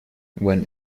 when